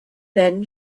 then